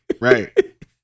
Right